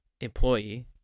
employee